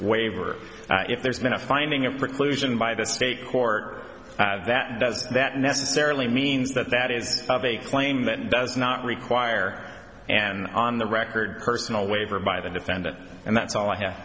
waiver if there's been a finding a preclusion by the state court that does that necessarily means that that is to have a claim that does not require and on the record personal waiver by the defendant and that's all i have